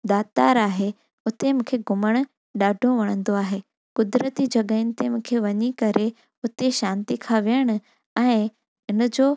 दातार आहे हुते मूंखे घुमणु ॾाढो वणंदो आहे कुदरती जॻहियुनि ते मूंखे वञी करे हुते शांती खां विहणु ऐं इन जो